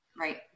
right